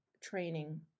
training